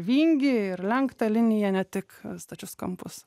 vingį ir lenktą liniją ne tik stačius kampus